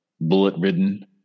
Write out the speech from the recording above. bullet-ridden